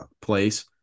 place